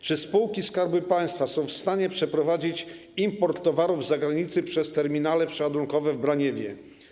Czy spółki Skarbu Państwa są w stanie przeprowadzić import towarów z zagranicy przez terminale przeładunkowe w Braniewie?